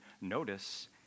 notice